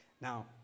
Now